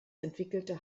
entwickelte